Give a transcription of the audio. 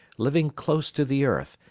living close to the earth,